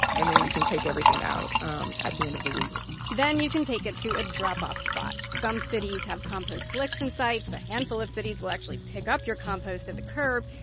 and then you can take everything out um at the end of the week then you can take it to a drop-off spot. some cities have compost collection sites. a handful of cities will actually pick up your compost at the curb.